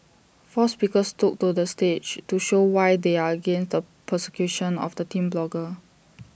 four speakers took to the stage to show why they are against the persecution of the teen blogger